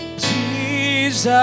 Jesus